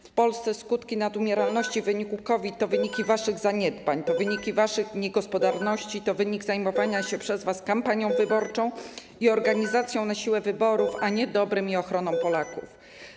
W Polsce skutki nadumieralności w wyniku COVID to wynik waszych zaniedbań, to wynik waszej niegospodarności, to wynik zajmowania się przez was kampanią wyborczą i organizacją na siłę wyborów, a nie dobrem i ochroną Polaków.